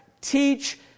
teach